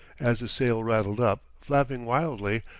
as the sail rattled up, flapping wildly,